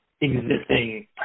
existing